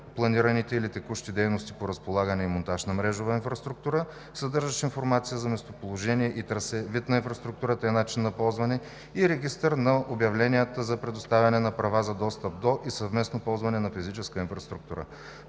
планираните или текущи дейности по разполагане и монтаж на мрежова инфраструктура, съдържащ информация за местоположение и трасе, вид на инфраструктурата и начинът на ползване и регистър на обявленията за предоставяне на права за достъп до и съвместно ползване на физическа инфраструктура.